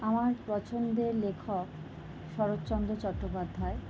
আমার পছন্দের লেখক শরৎচন্দ্র চট্টোপাধ্যায়